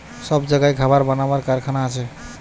সব জাগায় খাবার বানাবার কারখানা আছে